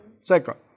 Second